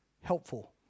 helpful